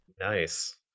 Nice